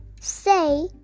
say